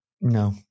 No